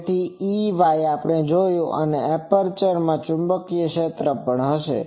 તેથી Ey આપણે જોયું છે અને એપ્રેચર માં ચુંબકીય ક્ષેત્ર પણ હશે